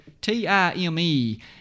T-I-M-E